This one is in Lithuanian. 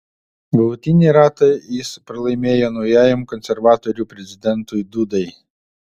galutinį ratą jis pralaimėjo naujajam konservatorių prezidentui dudai